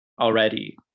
already